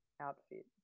outfit